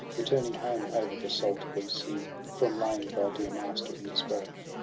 returning home over the salt blue sea, from laying thy dear master in his grave